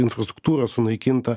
infrastruktūra sunaikinta